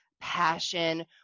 passion